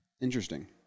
Interesting